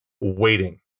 waiting